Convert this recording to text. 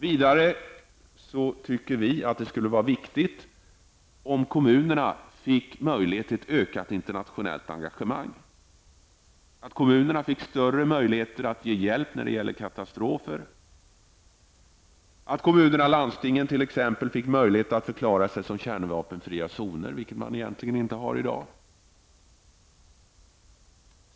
Vidare tycker vi att det skulle vara viktigt att kommunerna fick möjlighet till ett ökat internationellt engagemang, att kommunerna fick större möjligheter att ge katastrofhjälp och att kommunerna och landstingen fick möjlighet att förklara sig som kärnvapenfria zoner, vilket det egentligen inte får i dag.